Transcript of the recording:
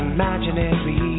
imaginary